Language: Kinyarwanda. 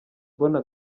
mbona